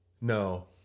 no